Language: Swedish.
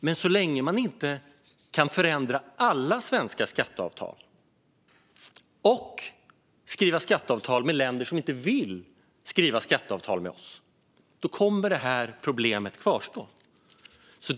Men så länge man inte kan förändra alla svenska skatteavtal och skriva skatteavtal med länder som inte vill skriva skatteavtal med oss kommer det här problemet att kvarstå.